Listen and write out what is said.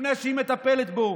לפני שהיא מטפלת בו.